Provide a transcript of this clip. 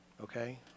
okay